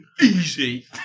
easy